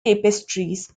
tapestries